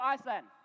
Iceland